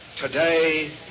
today